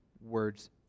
words